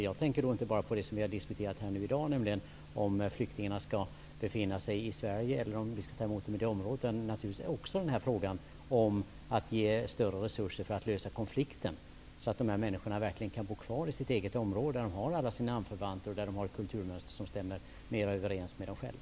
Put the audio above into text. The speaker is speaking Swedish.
Jag tänker inte bara på det som vi har diskuterat här i dag, nämligen om flyktingarna skall befinna sig i Sverige eller i sina egna områden, utan naturligtvis också frågan om att ge större resurser för att lösa konflikten, så att de här människorna verkligen kan bo kvar i sitt eget område, där de har alla sina anförvanter och har ett kulturmönster som stämmer mera överens med dem själva.